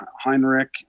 Heinrich